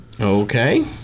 Okay